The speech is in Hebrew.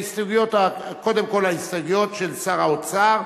קודם כול, ההסתייגויות של שר האוצר.